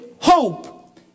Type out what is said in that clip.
hope